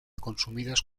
consumidas